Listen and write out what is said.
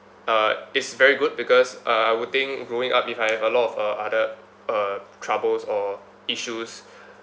uh is very good because uh I would think growing up if I have a lot of uh other uh troubles or issues